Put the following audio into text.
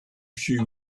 she